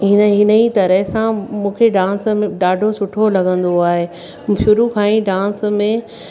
हिन हिन ई तरह सां मूंखे डांस में ॾाढो सुठो लॻंदो आहे शुरू खां ई डांस में